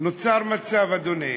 נוצר מצב, אדוני,